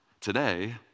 today